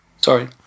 Sorry